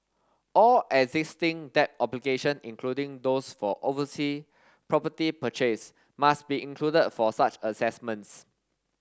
all existing debt obligation including those for oversea property purchase must be included for such assessments